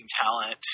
talent